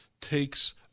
takes